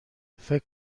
فکر